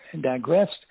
digressed